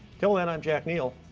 until then i'm jack neil.